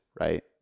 right